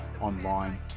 online